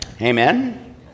Amen